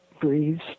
breathes